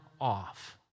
off